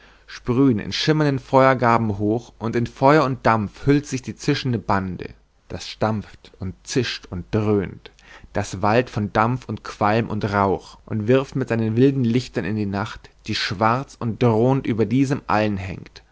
sprühen in schimmernden feuergarben hoch und in feuer und dampf hüllt sich die zischende bande das stampft und zischt und dröhnt das wallt von dampf und qualm und rauch und wirft mit seinen wilden lichtern in die nacht die schwarz und drohend über diesem allen hängt